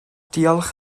diolch